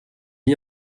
mis